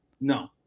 No